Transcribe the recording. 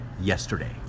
yesterday